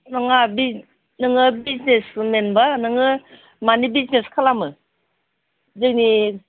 नङा बि नोङो बिजिनेसमेनबा नोङो मानि बिजिनेस खालामो जोंनि